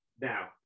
now